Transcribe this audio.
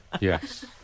Yes